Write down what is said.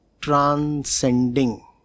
transcending